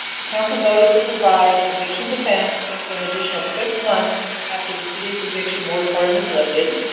the council voted to provide eviction defense for an additional six months after the city's eviction moratorium is lifted.